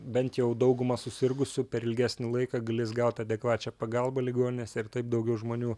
bent jau dauguma susirgusių per ilgesnį laiką galės gaut adekvačią pagalbą ligoninėse ir taip daugiau žmonių